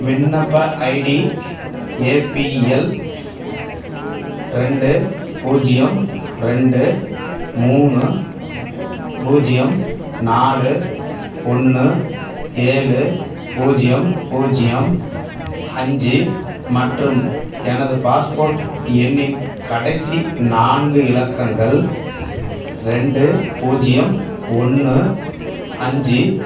விண்ணப்ப ID A P L ரெண்டு பூஜ்ஜியம் ரெண்டு மூணு பூஜ்ஜியம் நாலு ஒன்று ஏழு பூஜ்ஜியம் பூஜ்ஜியம் அஞ்சு மற்றும் எனது பாஸ்போர்ட் எண்ணின் கடைசி நான்கு இலக்கங்கள் ரெண்டு பூஜ்ஜியம் ஒன்று அஞ்சு